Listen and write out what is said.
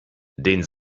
den